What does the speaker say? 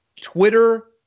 Twitter